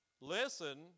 listen